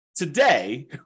Today